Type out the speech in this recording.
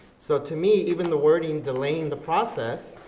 so to me even the wording, delaying the process,